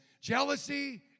jealousy